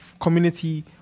community